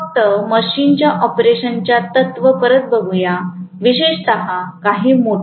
फक्त मशीनच्या ऑपरेशनच्या तत्त्व परत बघू या विशेषत काही मोटर